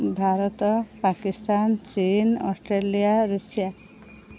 ଭାରତ ପାକିସ୍ତାନ ଚୀନ୍ Australia Russia